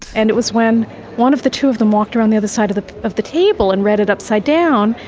and it was when one of the two of them walked around the other side of the of the table and read it upside down.